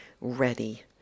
ready